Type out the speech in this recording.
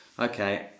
Okay